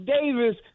Davis